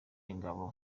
ingabo